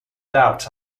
doubts